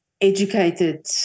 educated